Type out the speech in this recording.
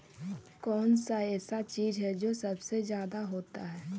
कौन सा ऐसा चीज है जो सबसे ज्यादा होता है?